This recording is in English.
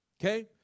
okay